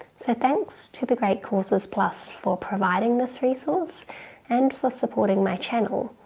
so thanks to the great courses plus for providing this resource and for supporting my channel.